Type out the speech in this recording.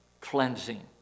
cleansing